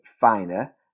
finer